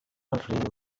els